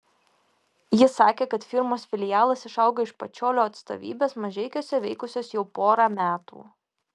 ji sakė kad firmos filialas išaugo iš pačiolio atstovybės mažeikiuose veikusios jau porą metų